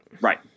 Right